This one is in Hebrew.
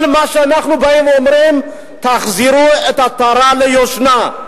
כל מה שאנחנו באים ואומרים: תחזירו עטרה ליושנה.